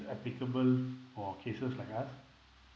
applicable for cases like us